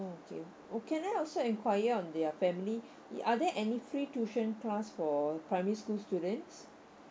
okay can I also enquire on their family are there any free tuition class for primary school students